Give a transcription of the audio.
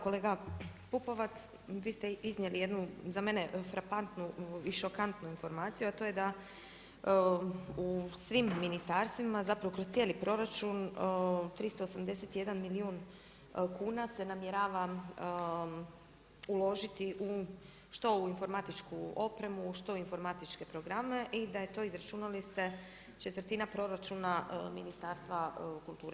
Kolega Pupovac, vi ste iznijeli jednu za mene frapantnu i šokantnu informaciju, a to je da u svim ministarstvima, zapravo kroz cijeli proračun 381 milijun kn se namjerava uložiti što u informatičku opremu, što u informatičke programe, i da je to izračunali ste četvrtina proračuna Ministarstva kulture.